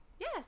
Yes